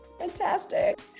Fantastic